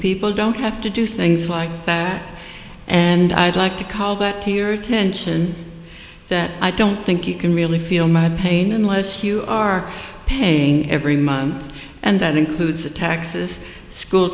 people don't have to do things like that and i'd like to call that here attention that i don't think you can really feel my pain unless you are paying every month and that includes the taxes school